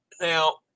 Now